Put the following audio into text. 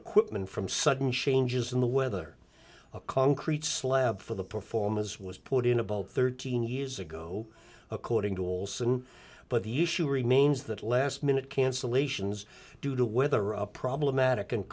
equipment from sudden changes in the weather a concrete slab for the performers was put in about thirteen years ago according to wallsten but the issue remains that last minute cancellations due to weather are problematic and